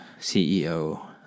CEO